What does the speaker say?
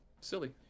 silly